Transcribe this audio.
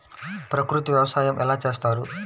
ప్రకృతి వ్యవసాయం ఎలా చేస్తారు?